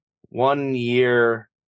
one-year